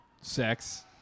sex